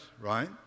right